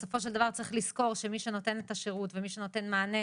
בסופו של דבר צריך לזכור שמי שנותן את השירות ומי שנותן מענה,